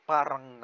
parang